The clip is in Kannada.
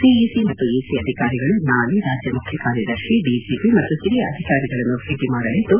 ಸಿಇಸಿ ಮತ್ತು ಇಸಿ ಅಧಿಕಾರಿಗಳು ನಾಳೆ ರಾಜ್ಯ ಮುಖ್ಯಕಾರ್ಯದರ್ಶಿ ಡಿಜೆಪಿ ಮತ್ತು ಇತರ ಹಿರಿಯ ಅಧಿಕಾರಿಗಳನ್ನು ಭೇಟಿ ಮಾಡಲಿದ್ದು